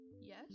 Yes